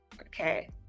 okay